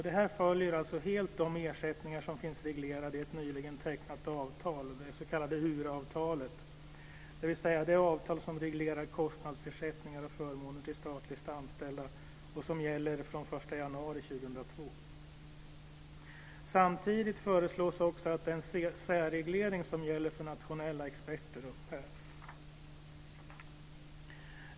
Detta följer alltså helt de ersättningar som finns reglerade i ett nyligen tecknat avtal, det s.k. URA-avtalet som reglerar kostnadsersättningar och förmåner till statligt anställda och som gäller fr.o.m. den 1 januari 2002. Samtidigt föreslås också att den särreglering som gäller för nationella experter upphävs.